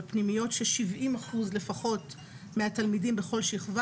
פנימיות ש-70% לפחות מהתלמידים בכל שכבה,